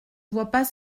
vois